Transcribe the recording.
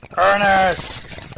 Ernest